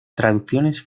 traducciones